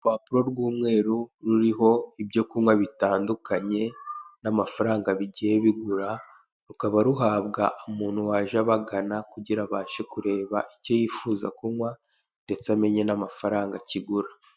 Urupapuro rw'umweru ruriho ibyo kunywa bitandukanye, n'amafaranga bigiye bigura. Rukaba ruhabwa umuntu waje abagana, kugira abashe kureba icyo yifuza kunywa ndetse amenye n'amafanga kigura.